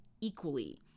equally